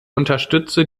unterstütze